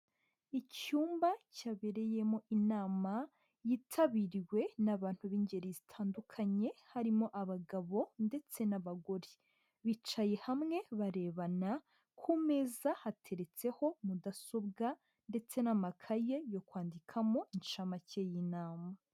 Icyumba cyabereyemo inama yitabiriwe n'abantu b'ingeri zitandukanye, harimo abagabo ndetse n'abagore, bicaye hamwe barebana ku meza hateretseho mudasobwa ndetse n'amakaye yo kwandikamo inshamake y'inama.